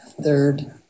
third